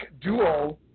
duo